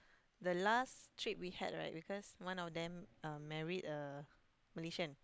the last trip we had right because one of them um married a Malaysian